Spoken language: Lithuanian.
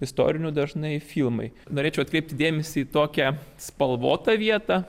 istorinių dažnai filmai norėčiau atkreipti dėmesį tokią spalvotą vietą